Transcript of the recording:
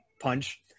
punch